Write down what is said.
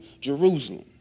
Jerusalem